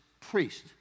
priest